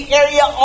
area